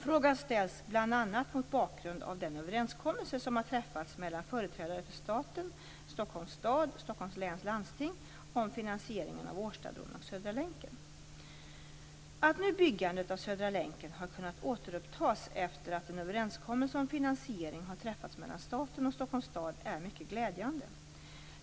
Frågan ställs bl.a. mot bakgrund av den överenskommelse som har träffats mellan företrädare för staten, Stockholms stad och Stockholms läns landsting om finansieringen av Årstabron och Södra länken. Att byggandet av Södra länken har kunnat återupptas efter att en överenskommelse om finansiering har träffats mellan staten och Stockholms stad är mycket glädjande.